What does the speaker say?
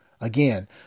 Again